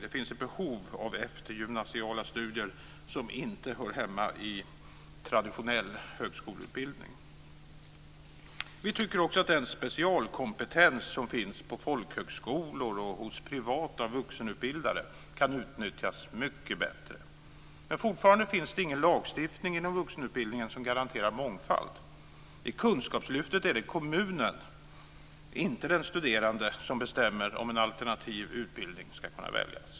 Det finns ett behov av eftergymnasiala studier som inte hör hemma i traditionell högskoleutbildning. Vidare tycker vi att den specialkompetens som finns på folkhögskolor och hos privata vuxenutbildare kan utnyttjas mycket bättre. Men fortfarande finns det ingen lagstiftning inom vuxenutbildningen som garanterar mångfald. I Kunskapslyftet är det kommunen, inte den studerande, som bestämmer om en alternativ utbildning ska kunna väljas.